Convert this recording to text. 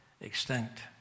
extinct